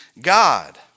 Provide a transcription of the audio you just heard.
God